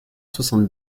soixante